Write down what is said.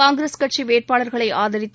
காங்கிரஸ் கட்சி வேட்பாளர்களை ஆதரித்து